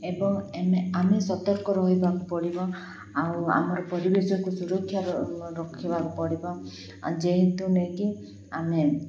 ଏବଂ ଆମେ ଆମେ ସତର୍କ ରହିବାକୁ ପଡ଼ିବ ଆଉ ଆମର ପରିବେଶକୁ ସୁରକ୍ଷା ରଖିବାକୁ ପଡ଼ିବ ଯେହେତୁ ନେଇକ କି ଆମେ